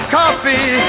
coffee